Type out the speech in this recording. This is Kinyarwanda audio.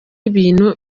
ibintu